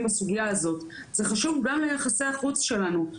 בסוגייה הזו וזה חשוב גם ליחסי החוץ שלנו.